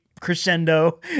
crescendo